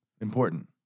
Important